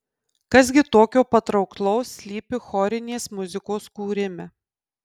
kas gi tokio patrauklaus slypi chorinės muzikos kūrime